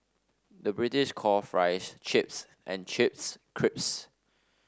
the British calls fries chips and chips crisps